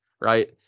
right